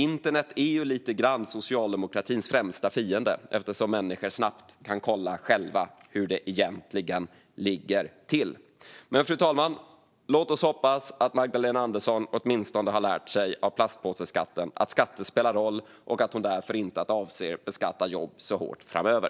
Internet är lite grann socialdemokratins främsta fiende, eftersom människor snabbt kan kolla själva hur det egentligen ligger till. Fru talman! Låt oss hoppas att Magdalena Andersson åtminstone har lärt sig av platspåseskatten att skatter spelar roll och att hon därför inte ska beskatta jobb så hårt framöver.